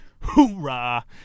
Hoorah